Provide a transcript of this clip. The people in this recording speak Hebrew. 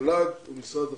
מל"ג ומשרד החינוך.